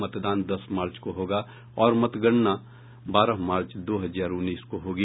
मतदान दस मार्च को होगा और मतगणना बारह मार्च दो हजार उन्नीस को होगी